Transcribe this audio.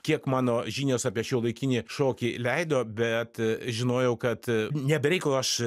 kiek mano žinios apie šiuolaikinį šokį leido bet žinojau kad ne be reikalo aš